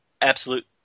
absolute